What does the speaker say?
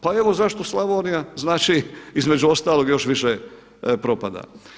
Pa evo zašto Slavonija znači između ostalog još više propada.